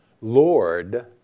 Lord